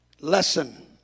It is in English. lesson